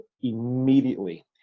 immediately